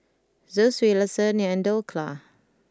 Zosui Lasagne and Dhokla